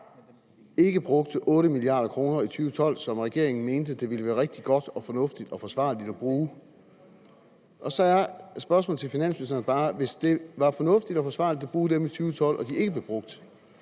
ikke brugte 8 mia. kr. i 2012, som regeringen mente at det ville være rigtig godt og fornuftigt og forsvarligt at bruge. Så er spørgsmålet til finansministeren bare: Hvis det var fornuftigt og forsvarligt at bruge dem i 2012 og de ikke blev brugt,